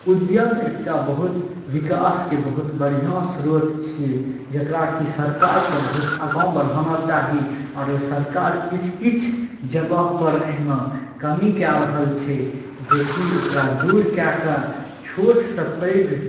उद्यम एकटा बहुत विकास के बहुत बढिऑं श्रोत छियै जेकरा कि सरकार के बहुत आगा बढ़ाना चाही आओर सरकार किछु किछु जगह पर एहिना कमी कय रहल छै जे कि ओकरा दूर कय कय छोट सॅं पैघ